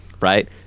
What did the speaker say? right